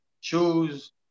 shoes